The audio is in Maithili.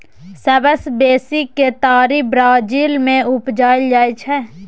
सबसँ बेसी केतारी ब्राजील मे उपजाएल जाइ छै